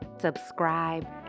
subscribe